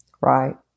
Right